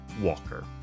Walker